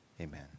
Amen